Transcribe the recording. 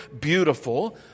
beautiful